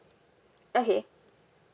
okay